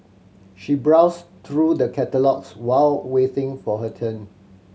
she browsed through the catalogues while waiting for her turn